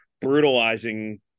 brutalizing